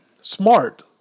Smart